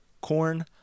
corn